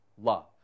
love